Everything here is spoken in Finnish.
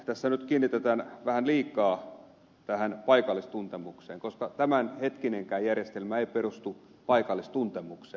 tässä nyt kiinnitetään vähän liikaa paikallistuntemukseen huomiota koska tämänhetkinenkään järjestelmä ei perustu paikallistuntemukseen